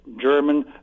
German